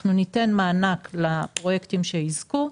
אנחנו ניתן מענק לפרויקטים שיזכו,